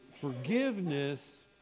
Forgiveness